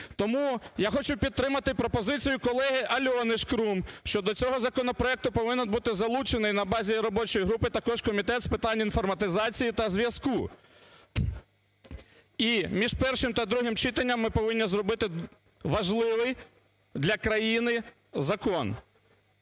Тому я хочу підтримати пропозицію колеги Альоні Шкрум щодо цього законопроекту повинен бути залучений на базі і робочої групи також Комітет з питань інформатизації та зв'язку. І між першим та другим читанням ми повинні зробити важливий для країни закон.